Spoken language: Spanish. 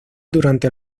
durante